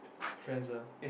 friends ah